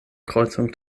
kreuzung